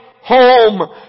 home